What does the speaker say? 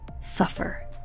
suffer